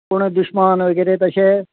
कोण दुश्मान वगेरे तशे